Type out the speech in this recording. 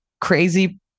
crazy